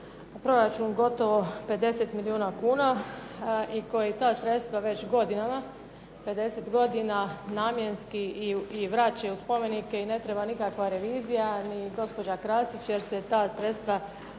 proračun gotovo 50 milijuna kuna i koji ta sredstva već godinama, 50 godina namjenski i vraća u spomenike i ne treba nikakva revizija ni gospođa Krasić jer ta sredstva